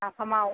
नाफामाव